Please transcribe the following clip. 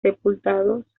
sepultados